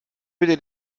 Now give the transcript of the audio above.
bitte